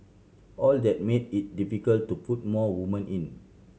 all that made it difficult to put more woman in